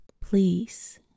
please